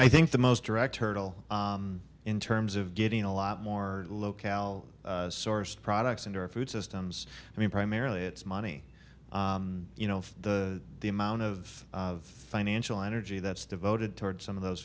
i think the most direct hurdle in terms of getting a lot more low cal sourced products into our food systems i mean primarily it's money you know the the amount of of financial energy that's devoted towards some of those